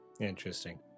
Interesting